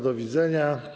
Do widzenia.